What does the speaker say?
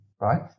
right